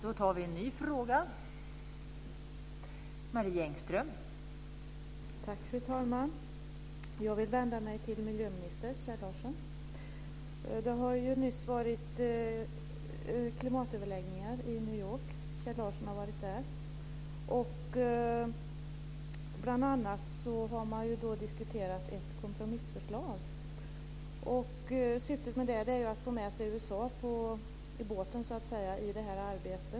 Fru talman! Jag vill vända mig till miljöminister Kjell Larsson. Det har ju nyss varit klimatöverläggningar i New York. Kjell Larsson har varit där. Bl.a. har man diskuterat ett kompromissförslag. Syftet med det är att få med sig USA i båten i det här arbetet.